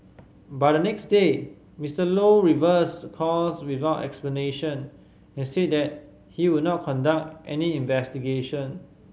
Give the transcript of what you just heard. but the next day Mister Low reversed course without explanation and said that he would not conduct any investigation